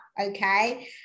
okay